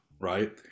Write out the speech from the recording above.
right